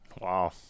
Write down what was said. Wow